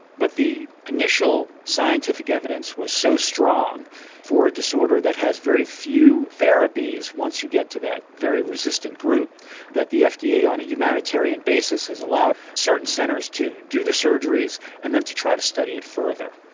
but the initial scientific evidence was so strong for a disorder that has very few therapies once you get to that very resistant group that the fda on a humanitarian basis has allowed certain centres to do the surgeries and then to try to study it further.